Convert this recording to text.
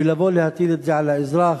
ולבוא להטיל את זה על האזרח.